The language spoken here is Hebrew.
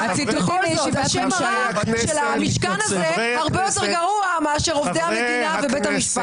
השם הרע של המשכן הזה הרבה יותר גרוע מאשר עובדי המדינה בבית המשפט.